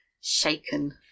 shaken